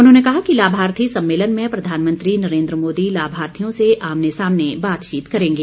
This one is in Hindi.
उन्होंने कहा कि लाभार्थी सम्मेलन में प्रधानमंत्री नरेन्द्र मोदी लाभार्थियों से आमने सामने बातचीत करेंगे